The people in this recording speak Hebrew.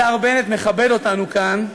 השר בנט מכבד אותנו כאן,